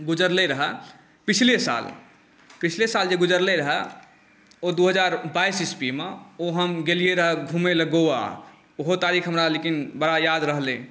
गुजरलै रहै पछिले साल पछिले साल जे गुजरलै रहै ओ दुइ हजार बाइस इसवीमे ओ हम गेलिए रहै घुमैलए गोवा ओहो तारीख लेकिन हमरा बड़ा याद रहलै